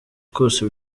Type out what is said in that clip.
kose